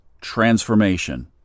transformation